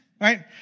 right